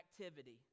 activity